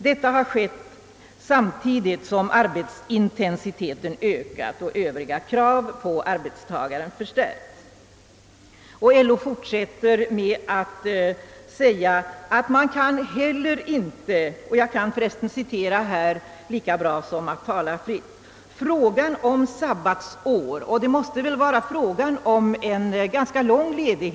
Detta har skett samtidigt som arbetsintensiteten ökat och övriga krav på arbetstagare förstärkts.» LO fortsätter med att säga, att man inte heller kan förorda ett omedelbart införande av sabbatsår och jag kan förresten här citera lika bra som att tala fritt.